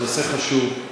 הנושא חשוב.